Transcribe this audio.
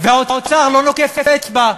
והאוצר לא נוקף אצבע.